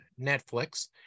netflix